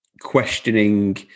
questioning